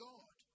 God